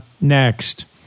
next